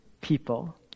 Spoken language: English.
people